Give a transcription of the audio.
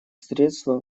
средства